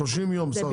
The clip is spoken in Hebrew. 30 ימים בסך הכל.